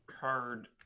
Card